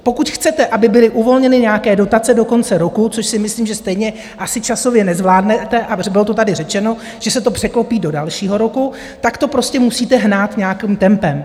Pokud chcete, aby byly uvolněny nějaké dotace do konce roku, což si myslím, že stejně asi časově nezvládnete, a bylo to tady řečeno, že se to překlopí do dalšího roku, tak to prostě musíte hnát nějakým tempem.